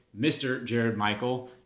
mrjaredmichael